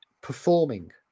performing